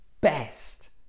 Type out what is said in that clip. best